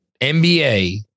NBA